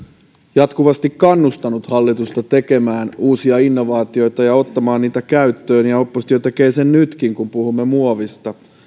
jatkuvasti kannustanut hallitusta tekemään uusia innovaatioita ja ottamaan niitä käyttöön ja oppositio tekee sen nytkin kun puhumme muovista